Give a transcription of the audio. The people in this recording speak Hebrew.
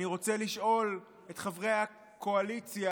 אני רוצה לשאול את חברי הקואליציה,